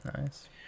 Nice